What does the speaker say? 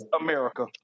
America